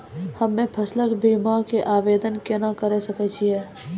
हम्मे फसल बीमा के आवदेन केना करे सकय छियै?